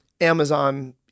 Amazon